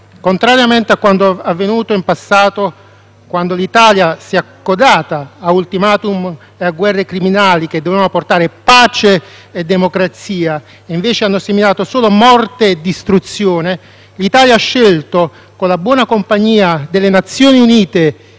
contrariamente a quanto avvenuto in passato, quando l'Italia si è accodata a *ultimatum* e a guerre criminali che dovevano portare pace e democrazia e invece hanno seminato solo morte e distruzione, l'Italia ha scelto, con la buona compagnia di Nazione Unite e